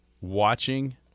watching